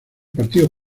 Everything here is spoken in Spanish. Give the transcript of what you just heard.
partido